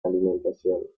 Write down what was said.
alimentación